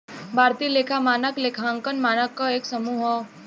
भारतीय लेखा मानक लेखांकन मानक क एक समूह हौ